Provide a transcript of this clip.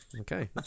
Okay